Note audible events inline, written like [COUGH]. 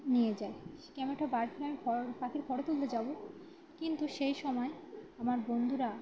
নিয়ে যাই কেমন [UNINTELLIGIBLE] আমি পাখির ফোটো তুলতে যাব কিন্তু সেই সময় আমার বন্ধুরা